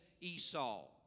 Esau